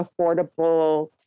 affordable